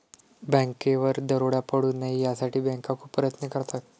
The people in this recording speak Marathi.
बँकेवर दरोडा पडू नये यासाठी बँका खूप प्रयत्न करतात